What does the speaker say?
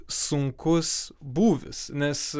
sunkus būvis nes